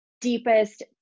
deepest